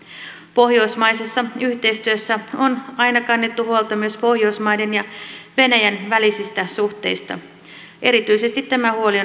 pohjoismaisessa yhteistyössä on aina kannettu huolta myös pohjoismaiden ja venäjän välisistä suhteista erityisesti tämä huoli